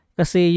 kasi